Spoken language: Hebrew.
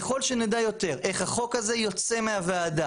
ככל שנדע יותר איך החוק הזה יוצא מהוועדה